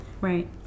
Right